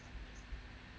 mm